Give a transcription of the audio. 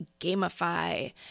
gamify